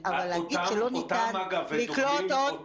אבל להגיד שלא ניתן לקלוט עוד פלסטינים, אי-אפשר.